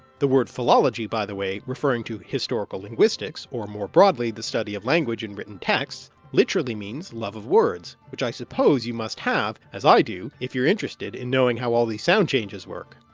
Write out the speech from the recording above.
the word philology, by the way, referring to historical linguistics or more broadly study of language in written texts literally means love of words, which i suppose you must have, as i do, if you're interested in knowing how all these sound changes work!